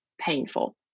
painful